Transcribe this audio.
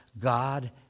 God